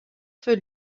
feu